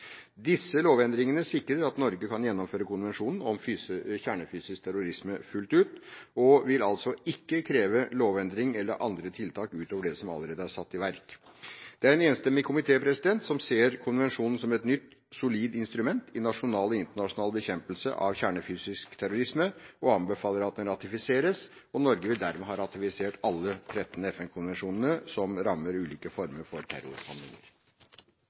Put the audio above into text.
Disse lovendringene sikrer at Norge kan gjennomføre konvensjonen om kjernefysisk terrorisme fullt ut og vil altså ikke kreve lovendring eller andre tiltak utover det som allerede er satt i verk. En enstemmig komité ser konvensjonen som et nytt, solid instrument i nasjonal og internasjonal bekjempelse av kjernefysisk terrorisme, og anbefaler at den ratifiseres. Norge vil derved ha ratifisert alle de 13 FN-konvensjonene som rammer ulike former for terrorhandlinger.